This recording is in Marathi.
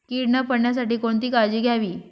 कीड न पडण्यासाठी कोणती काळजी घ्यावी?